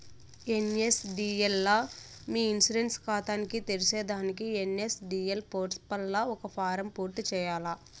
NSDL లా మీ insurance కాతాని తెర్సేదానికి ఎన్.ఎస్.డి.ఎల్ పోర్పల్ల ఒక ఫారం పూర్తి చేయాల్ల